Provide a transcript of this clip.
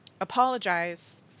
apologize